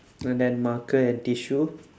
and then marker and tissue